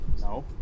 no